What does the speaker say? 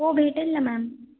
हो भेटेल ना मॅम